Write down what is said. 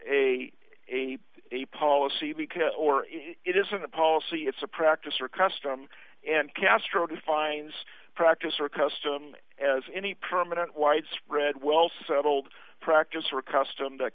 a a a policy because it isn't a policy it's a practice or custom and castro defines practice or custom as any permanent widespread well settled practice or custom that